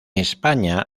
españa